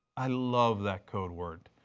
i love that code word.